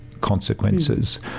consequences